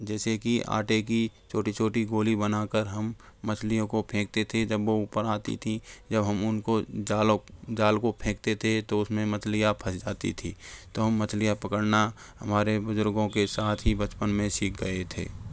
जैसे की आँटे की छोटी छोटी गोली बनाकर हम मछलियों को फेंकते थे जब वो ऊपर आती थीं जब हम उनको जालों जाल को फेंकते थे तो उसमे मछलिया फँस जाती थी तो हम मछलियाँ पकड़ना हमारे बुजुर्गों के साथ ही बचपन में सीख गए थे